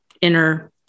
inner